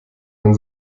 man